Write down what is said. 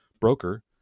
broker